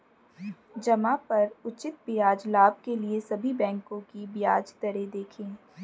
जमा पर उचित ब्याज लाभ के लिए सभी बैंकों की ब्याज दरें देखें